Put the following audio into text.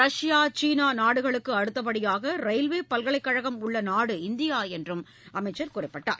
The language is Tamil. ரஷ்யா சீனா நாடுகளுக்கு அடுத்தபடியாக ரயில்வே பல்கலைக் கழகம் உள்ள நாடு இந்தியா என்றும் அவர் குறிப்பிட்டார்